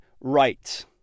right